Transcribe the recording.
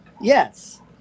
yes